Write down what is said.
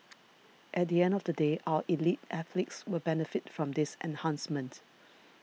at the end of the day our elite athletes will benefit from this enhancement